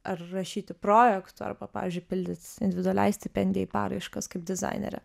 ar rašyti projektą arba pavyzdžiui pildyt individualiai stipendijai paraiškas kaip dizainerė